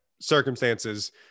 circumstances